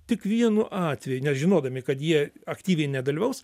tik vienu atveju nes žinodami kad jie aktyviai nedalyvaus